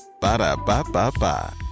Ba-da-ba-ba-ba